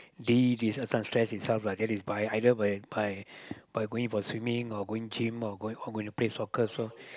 de~ de~ this one stress itself lah that is by either whereby by going for swimming or going gym or going or going to play soccer so